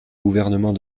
gouvernement